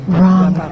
wrong